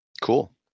cool